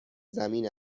زمین